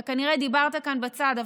אתה כנראה דיברת כאן בצד,